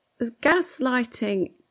Gaslighting